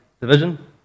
Division